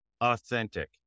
authentic